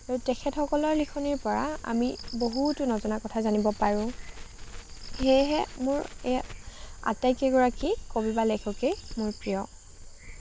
আৰু তেখেতসকলৰ লিখনীৰ পৰা আমি বহুতো নজনা কথা জানিব পাৰোঁ সেয়েহে মোৰ এই আটাইকেইগৰাকী কবি বা লেখকেই মোৰ প্ৰিয়